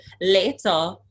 later